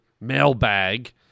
mailbag